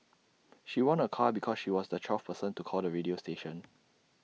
she won A car because she was the twelfth person to call the radio station